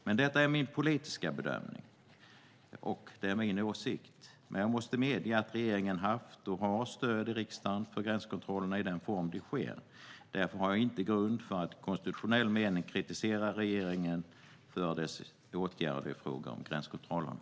Men detta är min politiska bedömning och min åsikt. Jag måste medge att regeringen har haft och har stöd i riksdagen för gränskontrollerna i den form de sker. Därför har jag inte grund för att i konstitutionell mening kritisera regeringen för dess åtgärder i fråga om gränskontrollerna.